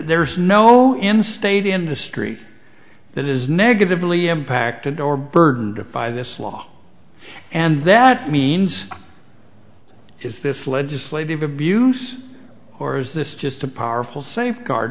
there's no in state industry that is negatively impacted or burdened by this law and that means is this legislative abuse or is this just a powerful safeguard